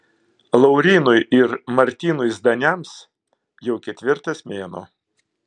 laurynui ir martynui zdaniams jau ketvirtas mėnuo